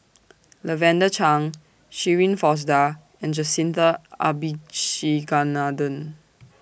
Lavender Chang Shirin Fozdar and Jacintha Abisheganaden